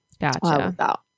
Gotcha